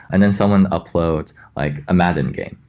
and then someone uploads like a madden game,